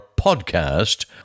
podcast